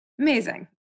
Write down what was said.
Amazing